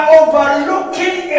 overlooking